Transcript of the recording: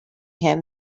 him